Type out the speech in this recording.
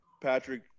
Patrick